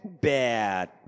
bad